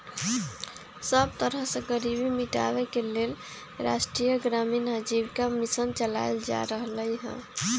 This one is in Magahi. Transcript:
सब तरह से गरीबी मिटाबे के लेल राष्ट्रीय ग्रामीण आजीविका मिशन चलाएल जा रहलई ह